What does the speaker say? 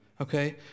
okay